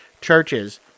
churches